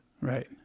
Right